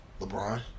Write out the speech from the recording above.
LeBron